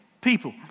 people